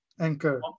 Anchor